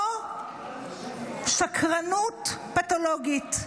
או שקרנות פתולוגית.